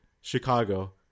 Chicago